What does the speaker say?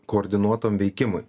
koordinuotam veikimui